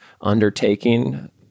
undertaking